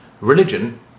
religion